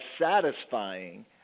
satisfying